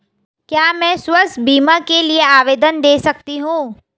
क्या मैं स्वास्थ्य बीमा के लिए आवेदन दे सकती हूँ?